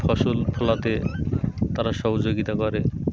ফসল ফলাতে তারা সহযোগিতা করে